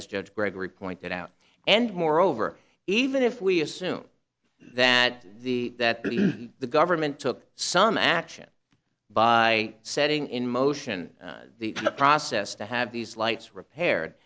as judge gregory pointed out and moreover even if we assume that the that the government took some action by setting in motion the process to have these lights repaired